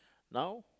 now